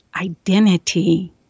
identity